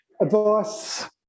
advice